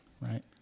right